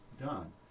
done